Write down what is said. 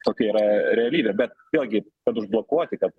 tokia yra realybė bet vėlgi kad užblokuoti kad